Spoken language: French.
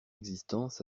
existence